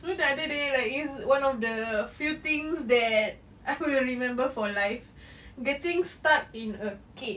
you know the other day like it's one of the few things that I will remember for life getting stuck in a cave